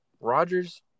Rodgers